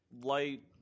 light